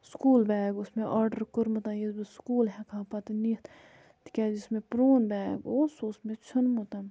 school bag اوس مےٚ order کوٚرمُت یُس بہٕ سکوٗل ہیٚکہ ہہ پَتہٕ نِتھ تِکیٛازِ یُس مےٚ پرٛون بیگ اوس سُہ اوس مےٚ ژھیوٚنمُت